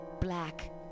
black